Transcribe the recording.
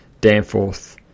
Danforth